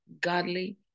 godly